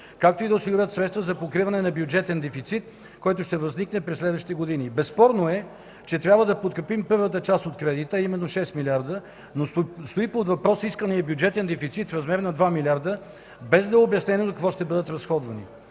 както и да се осигурят средства за покриване на бюджетен дефицит, който ще възникне през следващите години. Безспорно е, че трябва да подкрепим първата част от кредита, а именно 6 милиарда, но стои под въпрос исканият бюджетен дефицит в размер на 2 милиарда, без да е обяснено за какво ще бъдат разходвани.